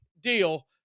deal